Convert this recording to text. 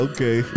Okay